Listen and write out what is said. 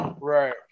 Right